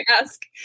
ask